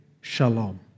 shalom